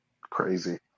Crazy